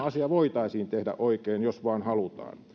asia voitaisiin tehdä oikein jos vain halutaan